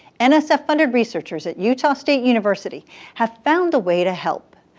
and so nsf-funded researchers at utah state university have found a way to help.